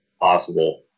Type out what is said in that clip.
possible